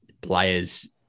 players